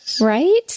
right